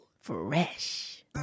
Fresh